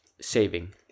saving